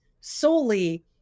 solely